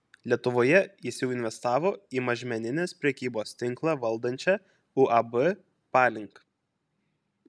lietuvoje jis jau investavo į mažmeninės prekybos tinklą valdančią uab palink